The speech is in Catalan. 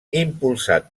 impulsat